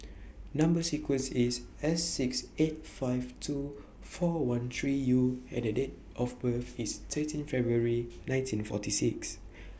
Number sequence IS S six eight five two four one three U and The Date of birth IS thirteen February nineteen forty six